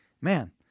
man